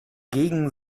gegen